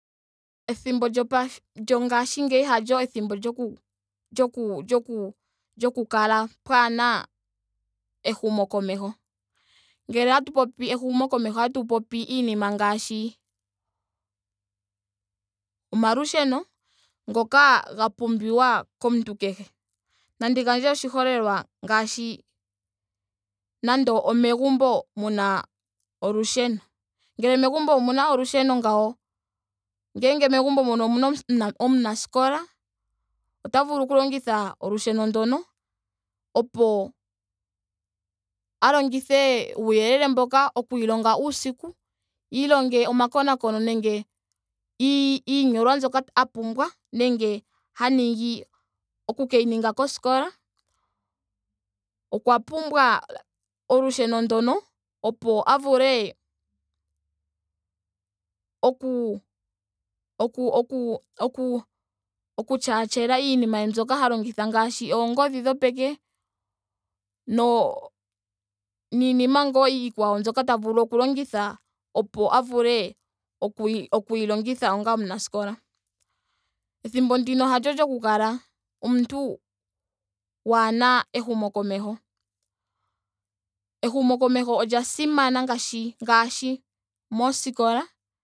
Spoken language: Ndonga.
Ethimbo lyopa lyongaashingeyi halyo ethimbo lyoku lyoku lyoku pwaahena ehumokomeho. Ngele otatu popi ehumokomeho otatu popi iinima ngaashi omalusheno. ngoka ga pumbiwa komuntu kehe. Nandi gandje oshiholelwa ngaashi nando omegumbo muna olusheno. Ngele megumbo omuna olusheno ngawo. ngele megumbo mono omuna omunaskola ota vulu oku longitha olusheno ndono opo a longithe uuyelele mboka oku ilonga uusiku. iilonge omakonakono nenge ii- iinyolwa mbyoka a pumbwa nenge ha ningi oku keyi ninga koskola. Okwa pumbwa olusheno ndono opo a vule oku- oku- oku- oku tyaatyela iinima ye mbyoka ha longitha ngaashi oongodhi dhopeke no- niinima ngaa iikwawo mbyoka ta vulu oku longitha opo a vule okuyi okuyi longitha onga omunaskola. Ethimbo ndino halyo lyoku kala omuntu keehena ehumokomeho. Ehumokomeho olya simana ngaashi ngaashi mooskola